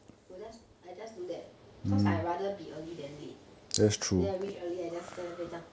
will just I just do that because I rather be early than late then when I reach early I just 那边这样